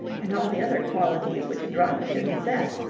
and all the other qualities which a drama should possess,